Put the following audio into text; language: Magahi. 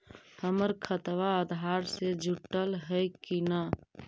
हमर खतबा अधार से जुटल हई कि न?